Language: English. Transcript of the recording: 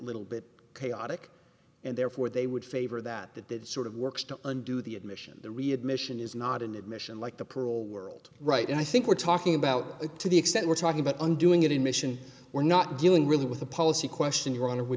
little bit chaotic and therefore they would favor that that sort of works to undo the admission readmission is not an admission like the parole world right and i think we're talking about it to the extent we're talking about undoing it in mission we're not dealing really with the policy question you're on are we